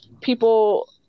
People